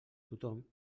tothom